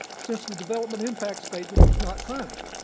since the development impact statement was not signed.